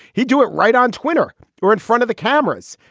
he'd do it right on twitter or in front of the cameras.